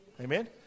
Amen